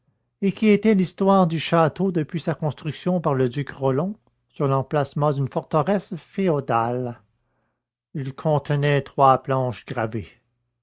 et qui était l'histoire du château depuis sa construction par le duc rollon sur l'emplacement d'une forteresse féodale il contenait trois planches gravées